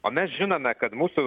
o mes žinome kad mūsų